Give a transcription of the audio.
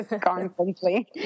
constantly